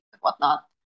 whatnot